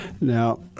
Now